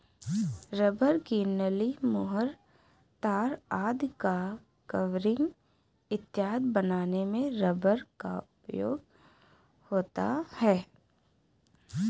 rubber की नली, मुहर, तार आदि का कवरिंग इत्यादि बनाने में रबर का उपयोग होता है